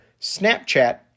Snapchat